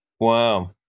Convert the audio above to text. Wow